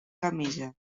camisa